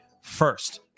first